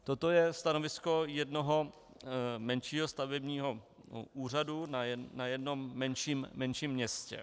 Toto je stanovisko jednoho menšího stavebního úřadu na jednom menším městě.